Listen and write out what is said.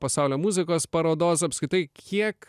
pasaulio muzikos parodos apskritai kiek